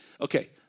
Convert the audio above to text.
Okay